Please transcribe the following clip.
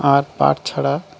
আর পাট ছাড়া